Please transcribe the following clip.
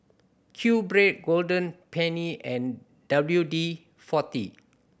QBread Golden Peony and W D Forty